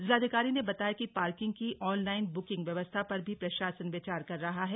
जिलाधिकारी ने बताया कि पार्किंग की ऑनलाइन बुकिंग व्यवस्था पर भी प्रशासन विचार कर रहा है